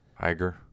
Iger